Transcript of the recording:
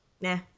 nah